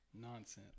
nonsense